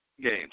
games